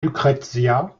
lucrezia